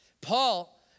Paul